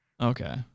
okay